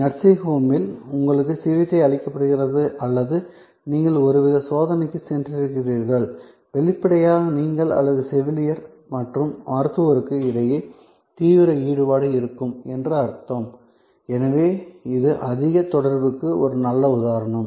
nursing home இல் உங்களுக்கு சிகிச்சை அளிக்கப்படுகிறது அல்லது நீங்கள் ஒருவித சோதனைக்குச் சென்றிருக்கிறீர்கள் வெளிப்படையாக நீங்கள் மற்றும் செவிலியர் மற்றும் மருத்துவருக்கு இடையே தீவிர ஈடுபாடு இருக்கும் என்று அர்த்தம் எனவே இது அதிக தொடர்பிற்கு ஒரு நல்ல உதாரணம்